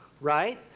right